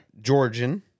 Georgian